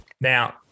Now